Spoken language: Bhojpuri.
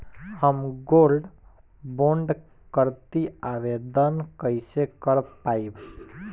हम गोल्ड बोंड करतिं आवेदन कइसे कर पाइब?